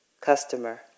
Customer